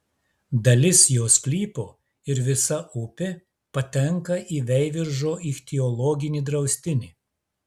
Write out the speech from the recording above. dalis jo sklypo ir visa upė patenka į veiviržo ichtiologinį draustinį